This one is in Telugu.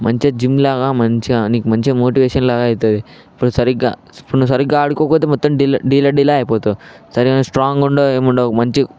మంచిగా జిమ్ లాగా నీకు మంచిగా నీకు మోటివేషన్ లాగా అవుతుంది ఇప్పుడు సరిగా ఇప్పుడు నువ్వు సరిగా ఆడుకోకపోతే మొత్తం డిలే డిలే అయిపోతావు సరిగా స్ట్రాంగ్ ఉండవు ఏముండవు మంచి